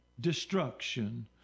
destruction